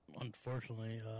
unfortunately